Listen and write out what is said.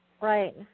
Right